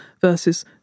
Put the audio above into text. versus